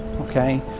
okay